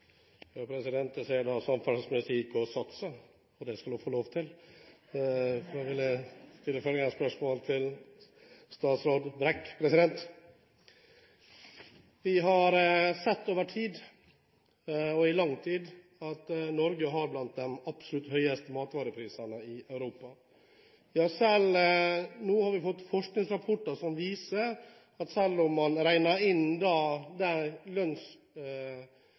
og det skal hun få lov til, for jeg vil stille følgende spørsmål til statsråd Brekk: Vi har i lang tid sett at Norge har blant de absolutt høyeste matvareprisene i Europa. Nå har vi fått forskningsrapporter som viser at selv om man regner inn det